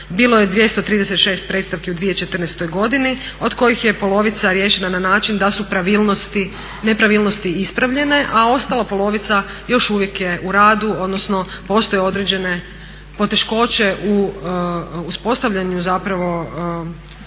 Bilo je 236 predstavki u 2014. godini od kojih je polovica riješena na način da su nepravilnosti ispravljene a ostala polovica još uvijek je u radu, odnosno postoje određene poteškoće u uspostavljanju zapravo komunikacije